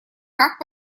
как